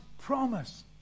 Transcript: promise